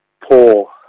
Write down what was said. poor